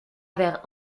vers